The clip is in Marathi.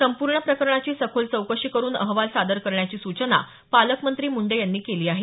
संपूर्ण प्रकरणाची सखोल चौकशी करून अहवाल सादर करण्याची सूचना पालकमंत्री मुंडे यांनी केली आहे